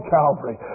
Calvary